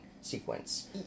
sequence